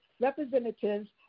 representatives